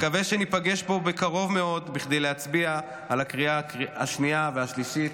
אני מקווה שניפגש פה בקרוב מאוד בכדי להצביע בקריאה השנייה והשלישית.